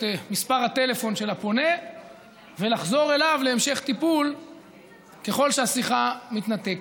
את מספר הטלפון של הפונה ולחזור אליו להמשך טיפול ככל שהשיחה מתנתקת.